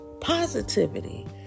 positivity